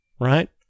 right